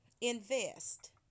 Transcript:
invest